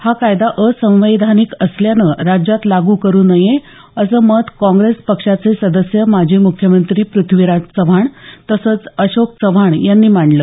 हा कायदा असंवैधानिक असल्याने राज्यात लागू करू नये असं मत काँग्रेस पक्षाचे सदस्य माजी मुख्यमंत्री पृथ्वीराज चव्हाण तसंच अशोक चव्हाण यांनी मांडलं